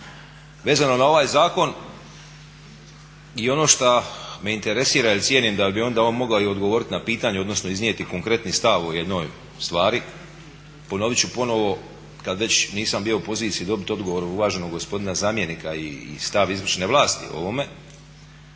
vezano na ovaj zakon. I ono šta me interesira, jer cijenim da bi onda on mogao i odgovoriti na pitanje odnosno iznijeti konkretni stav o jednoj stvari, ponovit ću ponovno kad već nisam bio u poziciji dobiti odgovor uvaženog gospodina zamjenika i stav izvršne vlasti o ovome.